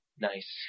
Nice